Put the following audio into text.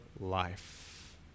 life